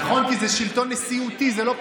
נכון, כי זה שלטון נשיאותי, זה לא פרלמנטרי.